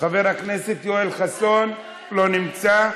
חבר הכנסת יואל חסון, לא נמצא.